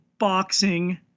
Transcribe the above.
boxing